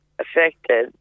affected